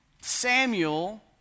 Samuel